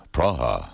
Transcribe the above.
Praha